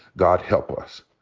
god help us.